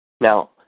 Now